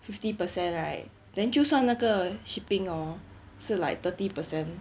fifty percent right then 就算那个 shipping hor 是 like thirty percent